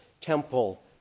temple